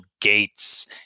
gates